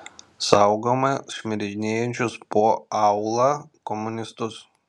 saugome šmirinėjančius po aūlą komunistus